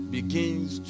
begins